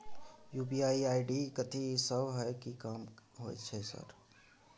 UPI ID कथि सब हय कि काम होय छय सर?